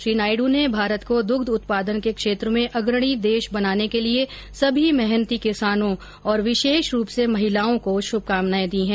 श्री नायडू ने भारत को दूग्ध उत्पादन के क्षेत्र में अग्रणी देश बनाने के लिए सभी मेहनती किसानों और विशेष रूप से महिलाओं को शुभकामनाएं दी हैं